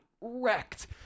wrecked